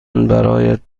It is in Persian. برایت